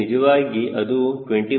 3 ಅಡಿ ಆಗುತ್ತದೆ